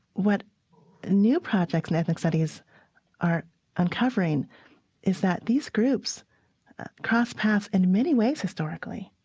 what new projects in ethnic studies are uncovering is that these groups cross paths in many ways historically.